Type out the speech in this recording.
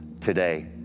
today